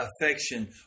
affection